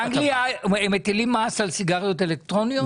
באנגליה מטילים מס על סיגריות אלקטרוניות?